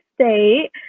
State